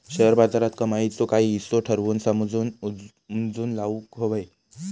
share बाजारात कमाईचो काही हिस्सो ठरवून समजून उमजून लाऊक व्हये